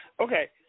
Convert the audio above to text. Okay